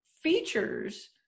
features